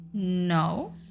No